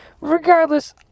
Regardless